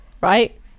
right